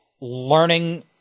learning